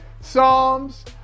psalms